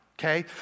okay